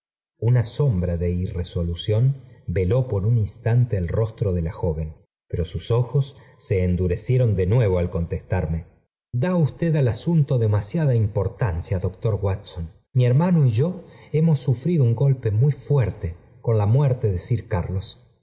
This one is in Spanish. una sombra de irresolución veló por un instante el rostro de la joven pero gius ojos se endurecieron dé nuevo al contestarme da usted al asunto demasiada importancia doctor watson ai i hermano y yo hemos sufrido un golpe muy fuerte con la muerte de sir carlos